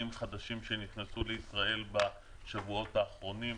חדשים שנכנסו לישראל בשבועות האחרונים.